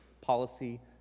policy